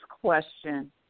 question